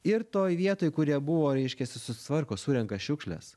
ir toj vietoj kur jie buvo reiškiasi susitvarko surenka šiukšles